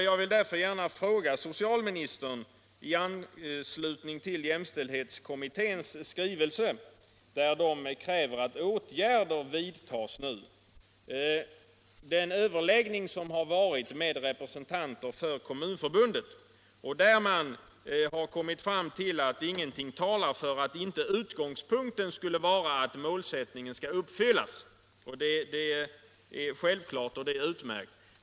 Jag vill därför gärna rikta en fråga till socialministern i anslutning till jämställdhetskommitténs skrivelse, där man kräver att åtgärder nu vidtas. Vid den överläggning som ägt rum med representanter för Kommunförbundet har man kommit fram till att ingenting talar för att inte utgångspunkten skall vara att målsättningen skall uppfyllas. Det är självklart, och det är utmärkt.